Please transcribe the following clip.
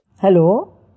Hello